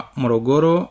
morogoro